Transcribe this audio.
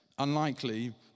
Unlikely